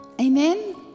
Amen